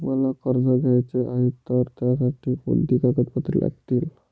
मला कर्ज घ्यायचे आहे तर त्यासाठी कोणती कागदपत्रे लागतील?